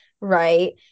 right